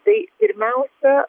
tai pirmiausia